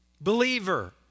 Believer